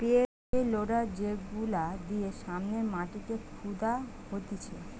pay loader যেগুলা দিয়ে সামনের মাটিকে খুদা হতিছে